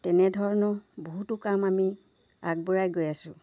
তেনেধৰণৰ বহুতো কাম আমি আগবঢ়াই গৈ আছোঁ